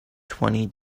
twenty